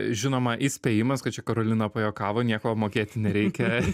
žinoma įspėjimas kad čia karolina pajuokavo nieko mokėti nereikia